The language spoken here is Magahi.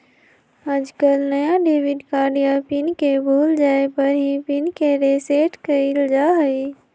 आजकल नया डेबिट कार्ड या पिन के भूल जाये पर ही पिन के रेसेट कइल जाहई